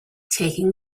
taking